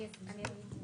אני אסביר.